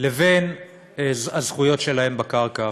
לבין הזכויות שלהם בקרקע.